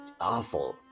awful